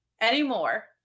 anymore